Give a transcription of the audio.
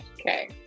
Okay